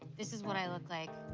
this is what i looked like.